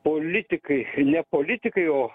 politikai ne politikai o